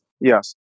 Yes